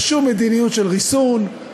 ושום מדיניות של ריסון,